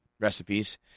recipes